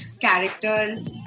characters